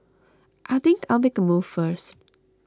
I think I'll make a move first